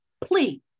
please